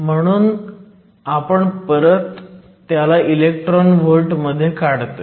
म्हणून आपण त्याला परत इलेक्ट्रॉन व्हॉल्ट मध्ये काढतोय